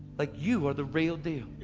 like, you, are the real deal.